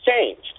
changed